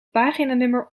paginanummer